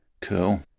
Cool